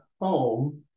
home